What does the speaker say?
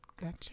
Gotcha